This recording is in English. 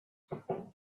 before